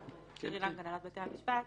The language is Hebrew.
שירי לנג, הנהלת בתי המשפט.